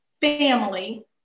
family